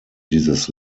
dieses